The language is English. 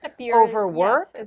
overwork